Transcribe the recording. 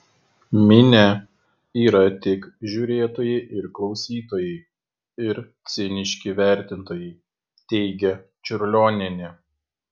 minia yra tik žiūrėtojai ir klausytojai ir ciniški vertintojai teigia čiurlionienė